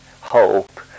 hope